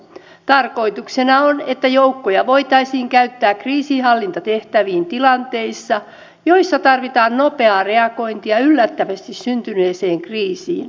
tarkoituksena on että joukkoja voitaisiin käyttää kriisinhallintatehtäviin tilanteissa joissa tarvitaan nopeaa reagointia yllättävästi syntyneeseen kriisiin